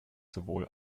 sowohl